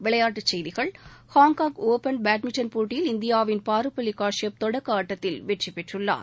விளையாட்டுச்செய்கிகள் Hong Kong open badminton போட்டியில் இந்தியாவின் பாருபள்ளி கஷ்யப் தொடக்க ஆட்டத்தில் வெற்றி பெற்றுள்ளார்